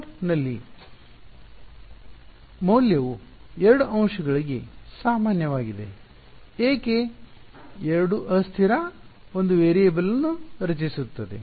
ನೋಡ್ ನಲ್ಲಿ ನ ಮೌಲ್ಯವು ಎರಡೂ ಅಂಶಗಳಿಗೆ ಸಾಮಾನ್ಯವಾಗಿದೆ ಏಕೆ 2 ಅಸ್ಥಿರ 1 ವೇರಿಯಬಲ್ ನ್ನು ರಚಿಸುತ್ತದೆ